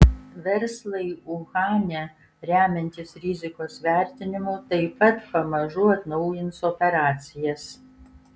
verslai uhane remiantis rizikos vertinimu taip pat pamažu atnaujins operacijas